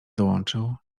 dołączył